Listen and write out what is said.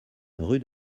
rue